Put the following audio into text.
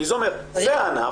כי זה אומר זה הענף,